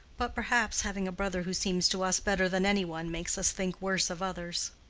but, perhaps, having a brother who seems to us better than any one makes us think worse of others.